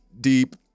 deep